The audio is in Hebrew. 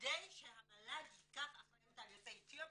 כדי שהמל"ג ייקח אחריות על יוצאי אתיופיה,